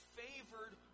favored